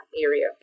area